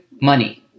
money